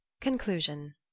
Conclusion